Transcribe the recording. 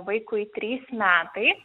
vaikui trys metai